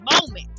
moment